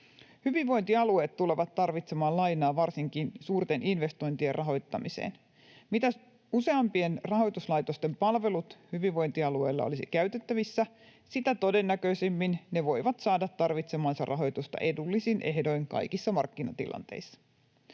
Hyvinvointialueet tulevat tarvitsemaan lainaa varsinkin suurten investointien rahoittamiseen. Mitä useampien rahoituslaitosten palvelut hyvinvointialueella olisivat käytettävissä, sitä todennäköisemmin ne voisivat saada tarvitsemaansa rahoitusta edullisin ehdoin kaikissa markkinatilanteissa.